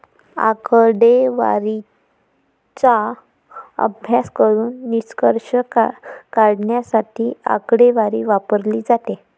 आकडेवारीचा अभ्यास करून निष्कर्ष काढण्यासाठी आकडेवारी वापरली जाते